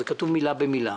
זה כתוב מילה במילה.